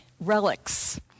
relics